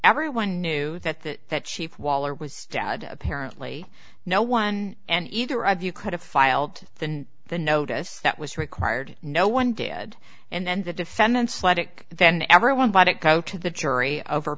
everyone knew that that chief waller was dad apparently no one and either of you could have filed than the notice that was required no one did and then the defendant's logic then everyone but it go to the jury over